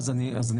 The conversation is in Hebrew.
אז אני אומר,